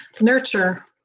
Nurture